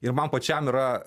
ir man pačiam yra